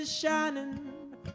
shining